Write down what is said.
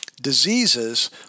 diseases